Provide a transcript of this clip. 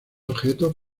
objetos